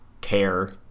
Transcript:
care